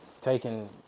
taking